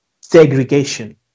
segregation